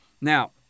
Now